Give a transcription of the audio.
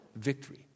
victory